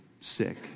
sick